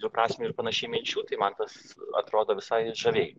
dviprasmių ir panašiai minčių tai man tas atrodo visai žaviai